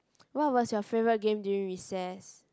what was your favourite game during recess